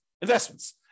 investments